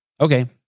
Okay